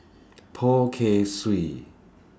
Poh Kay Swee